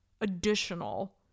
additional